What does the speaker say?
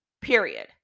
period